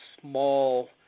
small